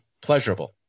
pleasurable